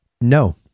No